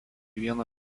vieną